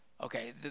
okay